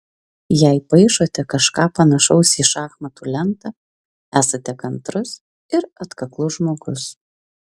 jei paišote kažką panašaus į šachmatų lentą esate kantrus ir atkaklus žmogus